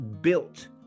built